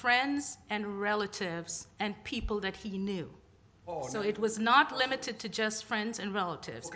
friends and relatives and people that he knew so it was not limited to just friends and relatives